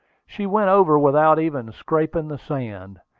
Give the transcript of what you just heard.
she went over without even scraping the sand.